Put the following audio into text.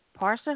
Parsa